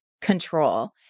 control